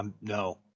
No